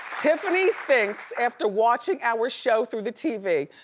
tiffany thinks, after watching our show through the tv,